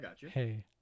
hey